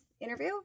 interview